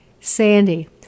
sandy